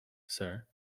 sir